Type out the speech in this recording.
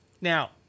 now